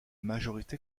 majorité